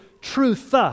truth